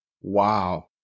Wow